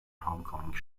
homecoming